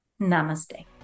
namaste